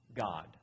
God